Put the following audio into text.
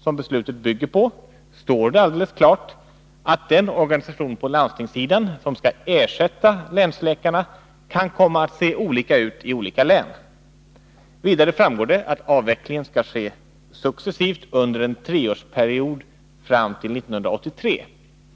som beslutet bygger på står det alldeles klart att den organisation på landstingssidan som skall ersätta länsläkarna kan komma att se olika ut i olika län. Vidare framgår det att avvecklingen skall ske successivt under en treårsperiod fram till 1983.